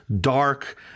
Dark